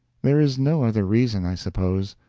there is no other reason, i suppose.